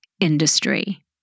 industry